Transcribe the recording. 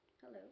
Hello